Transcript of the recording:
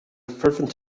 fervent